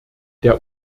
der